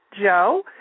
Joe